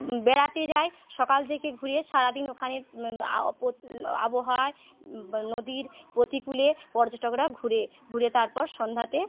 বেড়াতে যায় সকাল থেকে ঘুরে সারাদিন ওখানে আবহাওয়া নদীর প্রতিকুলে পর্যটকরা ঘুরে ঘুরে তারপর সন্ধ্যাতে